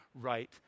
right